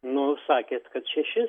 nu sakėt kad šešis